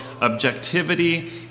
objectivity